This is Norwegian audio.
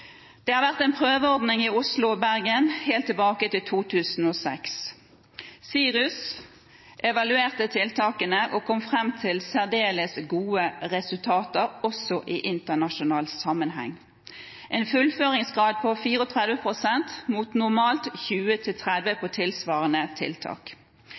har vært en prøveordning i Oslo og Bergen helt siden 2006. SIRUS evaluerte tiltakene og kom fram til særdeles gode resultater, også i internasjonal sammenheng – en fullføringsgrad på 34 pst., mot normalt 20–30 pst. for tilsvarende tiltak.